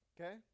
Okay